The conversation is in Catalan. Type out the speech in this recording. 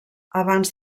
abans